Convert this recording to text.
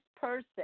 person